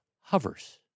hovers